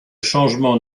changement